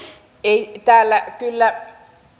ei täällä kyllä